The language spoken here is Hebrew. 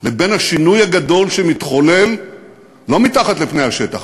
לבין השינוי הגדול שמתחולל לא מתחת לפני השטח,